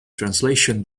translation